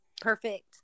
perfect